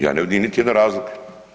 Ja ne vidim niti jedan razlog.